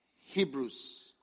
Hebrews